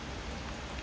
oh